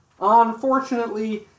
Unfortunately